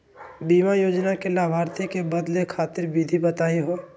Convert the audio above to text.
बीमा योजना के लाभार्थी क बदले खातिर विधि बताही हो?